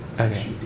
okay